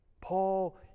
Paul